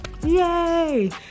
yay